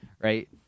right